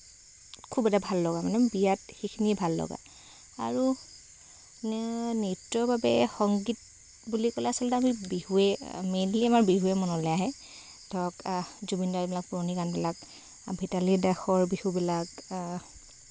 খুব এটা ভাল লগা মানে বিয়াত সেইখিনিয়েই ভাল লগা আৰু নৃত্যৰ বাবে সংগীত বুলি ক'লে আচলতে আমি বিহুৱেই মেইনলি আমাৰ বিহুৱেই মনলৈ আহে ধৰক জুবিনদাৰ এইবিলাক পুৰণি গানবিলাক ভিতালী দাসৰ বিহুবিলাক